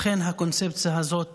לכן הקונספציה הזאת